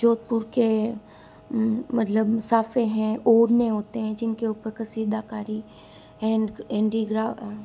जोधपुर के मतलब साफे हैं ओड़ने होते हैं जिनके ऊपर कसीदाकारी एंड हैंडीक्राफ्ट